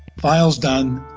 file's done,